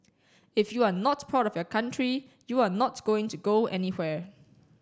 if you are not proud of your country you are not going to go anywhere